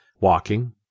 Walking